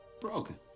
Broken